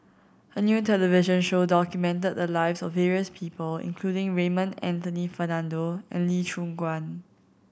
a new television show documented the lives of various people including Raymond Anthony Fernando and Lee Choon Guan